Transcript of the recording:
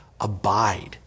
abide